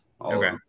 Okay